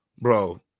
Bro